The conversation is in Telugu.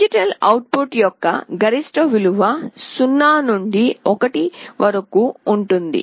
డిజిటల్ అవుట్పుట్ యొక్క గరిష్ట విలువ 0 నుండి 1 వరకు ఉంటుంది